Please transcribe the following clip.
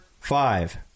five